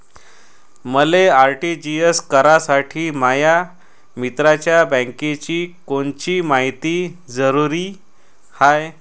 मले आर.टी.जी.एस करासाठी माया मित्राच्या बँकेची कोनची मायती जरुरी हाय?